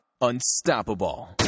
unstoppable